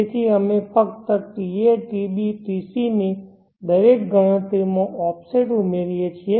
તેથી અમે ફક્ત ta tb tc ની દરેક ગણતરીમાં ઓફસેટ ઉમેરીએ છીએ